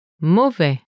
Mauvais